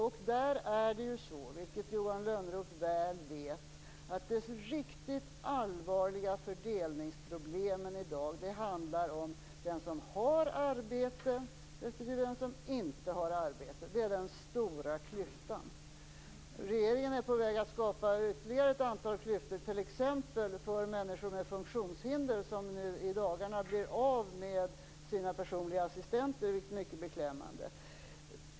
Johan Lönnroth vet mycket väl att de riktigt allvarliga fördelningsproblemen i dag handlar om den som har arbete respektive den som inte har arbete. Där är den stora klyftan. Regeringen är på väg att skapa ytterligare ett antal klyftor. Det gäller t.ex. människor med funktionshinder, som nu i dagarna blir av med sina personliga assistenter, vilket är mycket beklämmande.